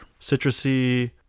citrusy